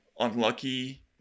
unlucky